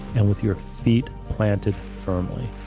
and with your feet planted firmly.